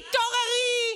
תתעוררי,